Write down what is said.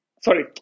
sorry